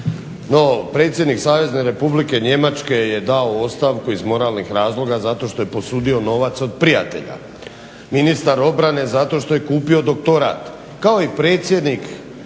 No predsjednik Savezne Republike Njemačke je dao ostavku iz moralnih razloga zato što je posudio novac od prijatelja, ministar obrane zato što je kupio doktorat,